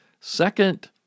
second